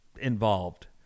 involved